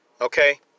Okay